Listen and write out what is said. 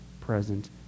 present